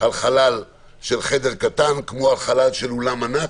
לחלל של חדר קטן כמו על חלל של אולם ענק.